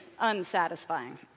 unsatisfying